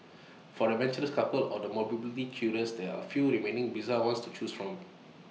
for the adventurous couples or the morbidly curious there are A few remaining bizarre ones to choose from